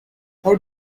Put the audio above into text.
how